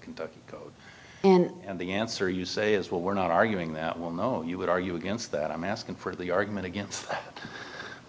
kentucky code and the answer you say is well we're not arguing that well no you would argue against that i'm asking for the argument against